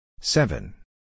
Seven